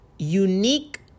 unique